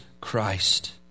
Christ